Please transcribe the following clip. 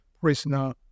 prisoner